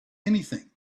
anything